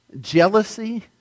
jealousy